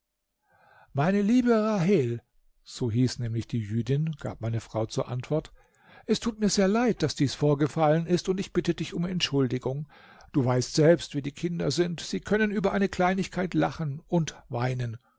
meine liebe rahel so hieß nämlich die jüdin gab meine frau zur antwort es tut mir sehr leid daß dies vorgefallen ist und ich bitte dich um entschuldigung du weißt selbst wie die kinder sind sie können über eine kleinigkeit lachen und weinen